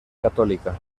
católica